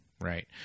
right